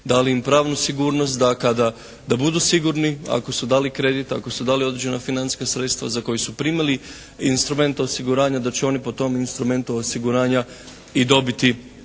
dali im pravnu sigurnost da kada, da budu sigurni ako su dali kredit, ako su dali određena financijska sredstva za koji su primili instrument osiguranja, da će oni po tom instrumentu osiguranja i dobiti